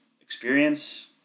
experience